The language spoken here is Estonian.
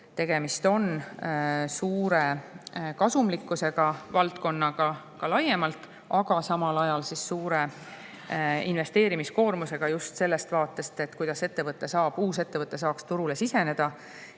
laiemalt suure kasumlikkusega valdkonnaga, aga samal ajal on suur investeerimiskoormus, just sellest vaatest, kuidas uus ettevõte saaks turule siseneda.